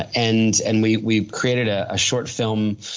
and and we've we've created a ah short film,